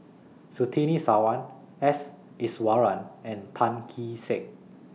Surtini Sarwan S Iswaran and Tan Kee Sek